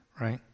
right